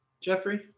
Jeffrey